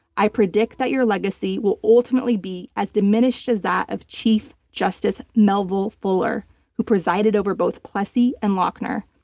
i predict that your legacy will ultimately be as diminished as that of chief justice melville fuller who presided over both plessy and lochner.